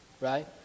Right